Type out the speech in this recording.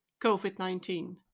COVID-19